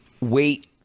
Wait